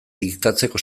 diktatzeko